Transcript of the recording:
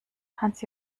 hans